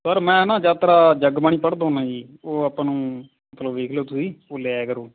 sir ਮੈਂ ਨਾ ਜ਼ਿਆਦਾਤਰ ਜਗਬਾਣੀ ਪੜ੍ਹਦਾ ਹੁੰਦਾ ਜੀ ਉਹ ਆਪਾਂ ਨੂੰ ਮਤਲਬ ਵੇਖ ਲਿਓ ਤੁਸੀਂ ਉਹ ਲੈ ਆਇਆ ਕਰੋ